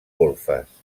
golfes